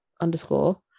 underscore